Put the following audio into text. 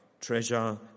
treasure